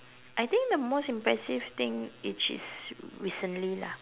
I think the most impressive thing which is recently lah